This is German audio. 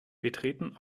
betreten